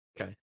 Okay